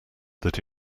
that